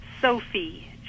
Sophie